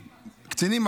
קצינים.